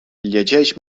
llegeix